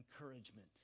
encouragement